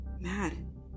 mad